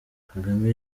kagame